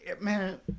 man